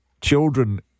children